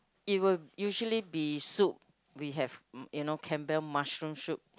it will usually be soup we have you know Campbell mushroom soup